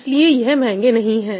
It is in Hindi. इसलिए यह महंगे नहीं है